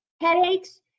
headaches